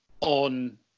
on